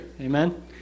amen